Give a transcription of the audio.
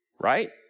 right